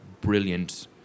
brilliant